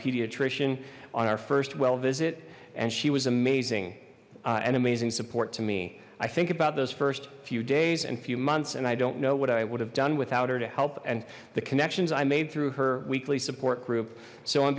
pediatrician on our first well visit and she was amazing an amazing support to me i think about those first few days and few months and i don't know what i would have done without her to help and the connections i made through her weekly support